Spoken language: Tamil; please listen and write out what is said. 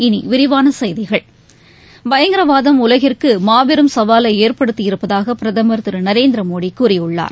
இனிவிரிவானசெய்திகள் பயங்கரவாதம் உலகிற்குமாபெரும் சவாலைஏற்படுத்தியிருப்பதாகபிரதமர் திருநரேந்திரமோடிகூறியுள்ளார்